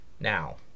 Now